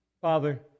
Father